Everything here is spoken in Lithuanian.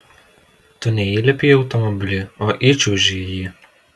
tu neįlipi į automobilį o įčiuoži į jį